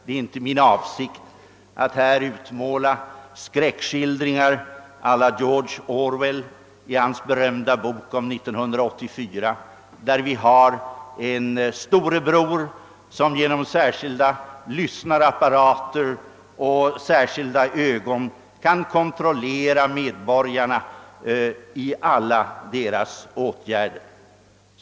Det är inte min avsikt att här utmåla skräckskildringar å la George Orwell i hans berömda bok om 1984, där vi har en »storebror» som 3enom särskilda lyssnarapparater och särskilda ögon kan kontrollera medborgarna i alla deras åtgärder.